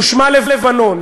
ושמה לבנון.